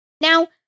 Now